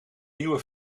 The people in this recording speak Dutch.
nieuwe